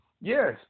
Yes